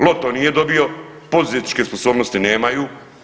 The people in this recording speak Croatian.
Loto nije dobio, poduzetničke sposobnosti nemaju.